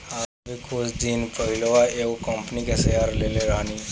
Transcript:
अभी कुछ दिन पहिलवा एगो कंपनी के शेयर लेले रहनी